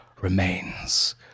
remains